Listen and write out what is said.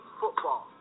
football